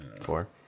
Four